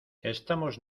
estamos